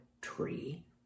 tree